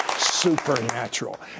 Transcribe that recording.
Supernatural